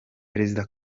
perezida